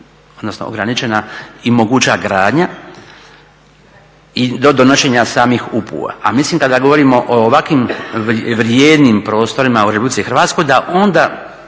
odnosno ograničena i moguća gradnja do donošenje samih …/Govornik se ne razumije./… a mislim kada govorimo o ovakvim vrijednim prostorima u Republici Hrvatskoj da onda